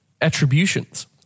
attributions